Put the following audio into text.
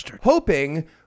hoping